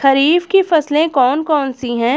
खरीफ की फसलें कौन कौन सी हैं?